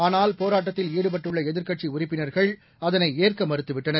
ஆனால் போராட்டத்தில் ஈடுபட்டுள்ள எதிர்க்கட்சி உறுப்பினர்கள் அதனை ஏற்க மறுத்துவிட்டனர்